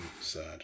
sad